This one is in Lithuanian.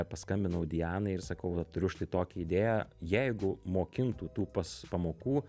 paskambinau dianai ir sakau va turiu štai tokią idėją jeigu mokintų tųpas pamokų